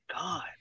god